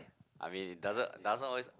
I mean it doesn't doesn't always